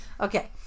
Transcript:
Okay